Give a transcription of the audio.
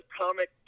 comic